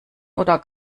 oder